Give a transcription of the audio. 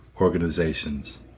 organizations